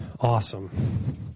Awesome